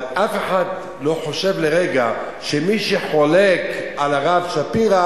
אבל אף אחד לא חושב לרגע שמי שחולק על הרב שפירא